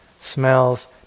smells